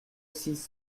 six